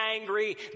angry